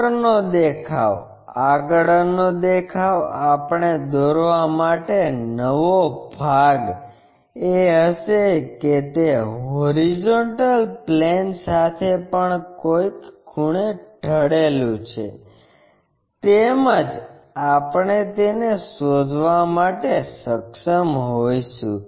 ઉપરનો દેખાવ આગળનો દેખાવ આપણે દોરવા માટેનો નવો ભાગ એ હશે કે તે hp સાથે પણ કોઈક ખૂણે ઢળેલું છે તેમજ આપણે તેને શોધવા માટે સક્ષમ હોઈશું